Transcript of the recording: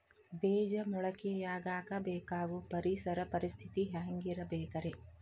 ಬೇಜ ಮೊಳಕೆಯಾಗಕ ಬೇಕಾಗೋ ಪರಿಸರ ಪರಿಸ್ಥಿತಿ ಹ್ಯಾಂಗಿರಬೇಕರೇ?